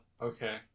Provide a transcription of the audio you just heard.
okay